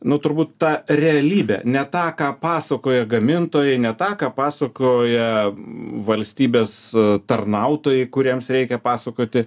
nu turbūt ta realybę ne tą ką pasakoja gamintojai ne tą ką pasakoja valstybės tarnautojai kuriems reikia pasakoti